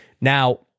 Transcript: Now